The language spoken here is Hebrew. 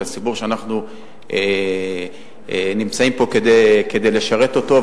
הציבור שאנחנו נמצאים פה כדי לשרת אותו,